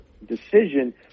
decision